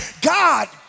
God